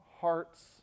hearts